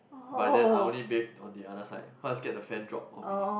but then I only bathe on the other side cause I scared the fan drop on me